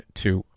two